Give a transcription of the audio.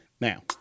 now